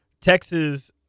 Texas